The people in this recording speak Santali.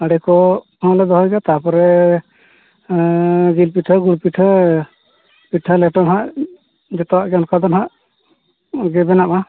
ᱦᱟᱺᱰᱤ ᱠᱚᱦᱚᱸᱞᱮ ᱫᱚᱦᱚᱭ ᱜᱮᱭᱟ ᱛᱟᱨᱯᱚᱨᱮ ᱡᱤᱞ ᱯᱤᱴᱷᱟᱹ ᱜᱩᱲ ᱯᱤᱴᱷᱟᱹ ᱯᱤᱴᱷᱟᱹ ᱞᱮᱴᱚ ᱦᱟᱸᱜ ᱡᱚᱛᱚᱣᱟᱜ ᱜᱮ ᱚᱱᱠᱟ ᱫᱚ ᱦᱟᱸᱜ ᱜᱮ ᱵᱮᱱᱟᱣᱟ